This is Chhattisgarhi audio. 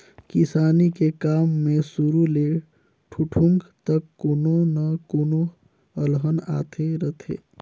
किसानी के काम मे सुरू ले ठुठुंग तक कोनो न कोनो अलहन आते रथें